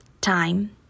time